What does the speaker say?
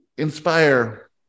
inspire